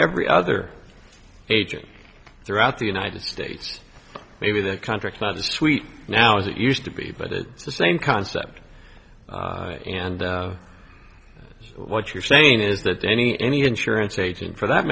every other agent throughout the united states maybe the contracts not the sweet now as it used to be but it's the same concept and what you're saying is that any any insurance agent for that